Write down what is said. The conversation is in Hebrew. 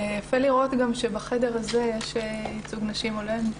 יפה לראות גם שבחדר הזה יש ייצוג נשים הולם,